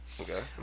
Okay